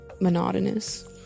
monotonous